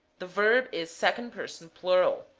the verb is second person plural.